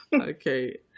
Okay